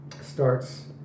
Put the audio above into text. starts